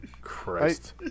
Christ